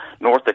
North